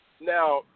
Now